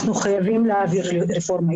אנחנו חייבים להעביר רפורמה.